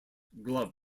glove